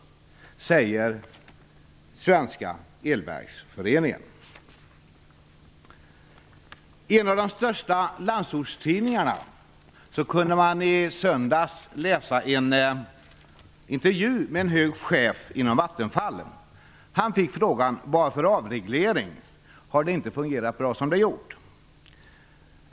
Detta säger I en av de största landsortstidningarna kunde man i söndags läsa en intervju med en hög chef inom Vattenfall. Han fick frågan: "Men varför då en avreglering, har det inte fungerat bra som det gjort?"